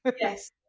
Yes